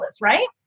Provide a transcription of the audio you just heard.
right